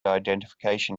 identification